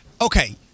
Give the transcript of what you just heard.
Okay